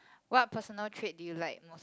what personal trait do you like most